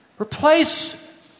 Replace